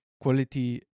quality